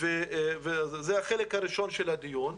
זה החלק הראשון של הדיון.